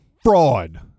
Fraud